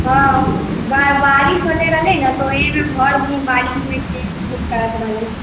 हाँ बैल गाड़ी खोजै लऽ नहि हय तऽ ओहिठीन घर घूमै